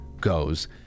goes